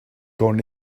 qu’en